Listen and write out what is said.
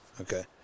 Okay